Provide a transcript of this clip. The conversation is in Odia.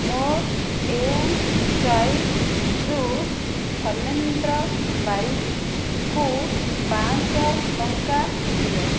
ମୋ ଏମ୍ସ୍ୱାଇପ୍ରୁ ଫନେନ୍ଦ୍ର ବାରିକ୍ ଙ୍କୁ ପାଞ୍ଚ ଶହ ଟଙ୍କା ଦିଅ